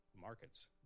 markets